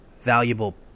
valuable